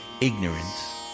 ignorance